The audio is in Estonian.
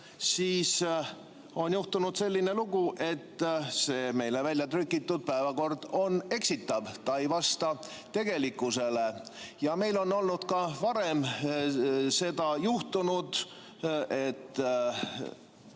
siis on juhtunud selline lugu, et see meile välja trükitud päevakord on eksitav, see ei vasta tegelikkusele. Meil on ka varem seda juhtunud, et